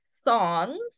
songs